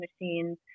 machines